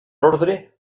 ordre